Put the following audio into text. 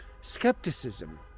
skepticism